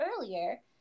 earlier